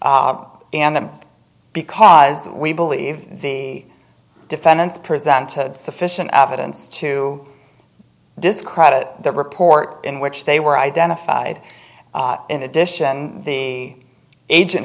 and that because we believe the defendants presented sufficient evidence to discredit report in which they were identified in addition the agent